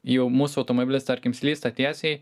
jau mūsų automobilis tarkim slysta tiesiai